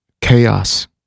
chaos